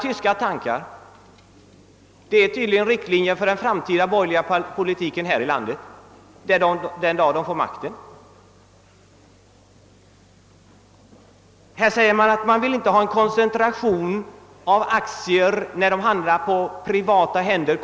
Det är tydligen sådant som blir riktlinjen för den framtida borgerliga politiken i vårt land den dagen de borgerliga får makten. Här har i reservationen sagts att man inte vill ha en koncentration av aktier på ett fåtal privata händer.